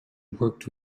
worked